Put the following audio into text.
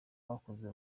bakoze